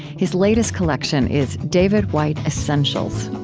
his latest collection is david whyte essentials